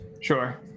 Sure